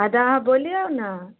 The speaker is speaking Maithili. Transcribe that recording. हँ तऽ अहाँ बोलियौ ने